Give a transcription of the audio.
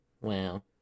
Wow